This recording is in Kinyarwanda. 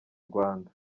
rwanda